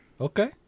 Okay